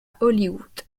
hollywood